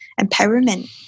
empowerment